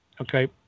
Okay